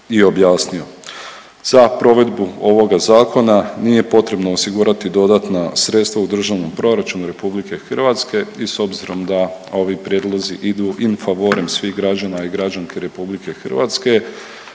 Za provedbu ovoga zakona nije potrebno osigurati dodatna sredstva u Državnom proračunu RH i s obzirom da ovi prijedlozi idu infavorem svih građana i građanki RH Klub HDZ-a će